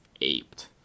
aped